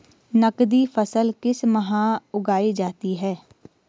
नकदी फसल किस माह उगाई जाती है?